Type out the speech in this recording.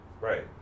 Right